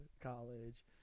college